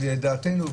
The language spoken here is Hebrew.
לדעתנו,